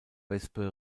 wespe